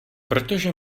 protože